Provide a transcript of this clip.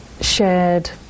shared